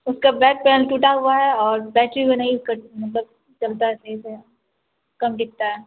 اس کا back panel ٹوٹا ہوا ہے اور بیٹری میں نہیں یوز کرتی ہوں مطلب چلتا ہے صحیح سے کم ٹکتا ہے